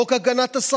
חוק הגנת השכר,